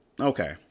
Okay